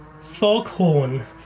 foghorn